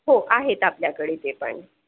हो आहेत आपल्याकडे ते पण